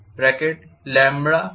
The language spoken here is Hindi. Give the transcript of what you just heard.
FWfxx